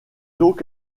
donc